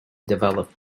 developed